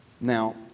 Now